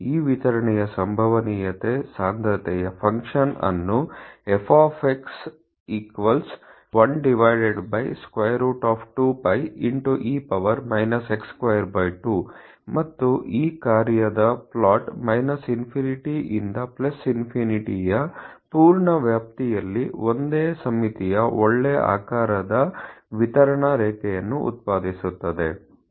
ಈ ವಿತರಣೆಯ ಸಂಭವನೀಯತೆ ಸಾಂದ್ರತೆಯ ಫಂಕ್ಷನ್ ಅನ್ನು f ನಿಂದ 1 ಡಿವೈಡೆಡ್ ಬೈ ವರ್ಗಮೂಲ 2𝞹 into e ಪವರ್ x2 2 ಕ್ಕೆ ಸಮನಾಗಿದೆ f12πe x22 ಮತ್ತು ಈ ಕಾರ್ಯದ ಪ್ಲಾಟ್ ∞ ರಿಂದ ∞ ಯ ಪೂರ್ಣ ವ್ಯಾಪ್ತಿಯಲ್ಲಿ ಒಂದೇ ಸಮ್ಮಿತೀಯ ಒಳ್ಳೆ ಆಕಾರದ ವಿತರಣಾ ರೇಖೆಯನ್ನು ಉತ್ಪಾದಿಸುತ್ತದೆ